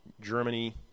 Germany